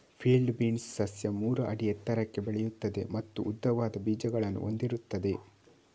field beans ಸಸ್ಯ ಮೂರು ಅಡಿ ಎತ್ತರಕ್ಕೆ ಬೆಳೆಯುತ್ತದೆ ಮತ್ತು ಉದ್ದವಾದ ಬೀಜಗಳನ್ನು ಹೊಂದಿರುತ್ತದೆ